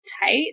tight